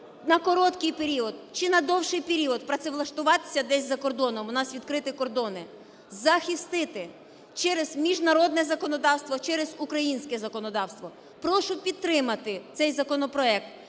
на короткий період чи на довший період працевлаштуватися десь за кордоном, у нас відкриті кордони, захистити через міжнародне законодавство, через українське законодавство. Прошу підтримати цей законопроект,